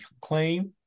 claim